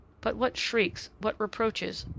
but what shrieks, what reproaches,